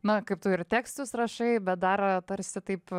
na kaip tu ir tekstus rašai bet dar tarsi taip